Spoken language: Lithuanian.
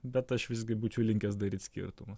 bet aš visgi būčiau linkęs daryt skirtumą